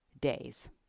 days